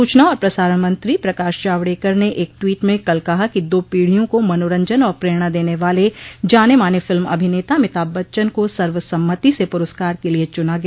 सूचना और प्रसारण मंत्री प्रकाश जावड़ेकर ने एक टवीट में कल कहा कि दो पीढ़ियों को मनोरंजन और प्रेरणा देने वाले जाने माने फिल्म अभिनेता अमिताभ बच्चन को सर्वसम्मति से पुरस्कार के लिए चुना गया